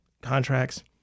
contracts